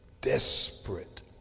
desperate